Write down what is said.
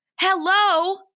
hello